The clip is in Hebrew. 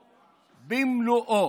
במלואו.